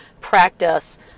practice